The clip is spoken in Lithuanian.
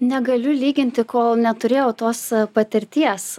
negaliu lyginti kol neturėjau tos patirties